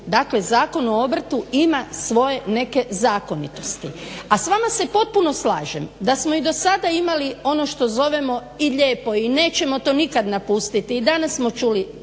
dakle Zakon o obrtu ima svoje neke zakonitosti. A s vama se potpuno slažem da smo i do sada imali ono što zovemo i lijepo i nećemo to nikad napustiti i danas smo čuli,